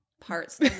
parts